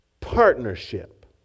partnership